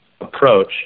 approach